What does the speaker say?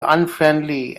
unfriendly